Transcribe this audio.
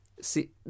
See